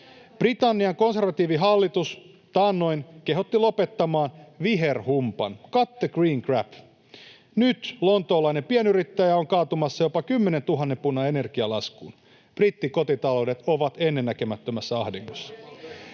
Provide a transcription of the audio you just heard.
Britannian konservatiivihallitus taannoin kehotti lopettamaan viherhumpan: ”Cut the green crap.” Nyt lontoolainen pienyrittäjä on kaatumassa jopa 10 000 punnan energialaskuun. Brittikotitaloudet ovat ennennäkemättömässä ahdingossa.